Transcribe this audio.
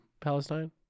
palestine